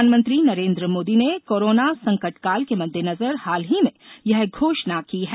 प्रधानमंत्री नरेन्द्र मोदी ने कोरोना संकटकाल के मद्देनजर हाल ही में ये घोषणा की है